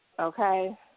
Okay